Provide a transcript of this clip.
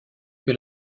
que